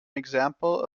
example